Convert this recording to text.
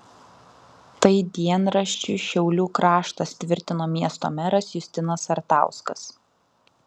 tai dienraščiui šiaulių kraštas tvirtino miesto meras justinas sartauskas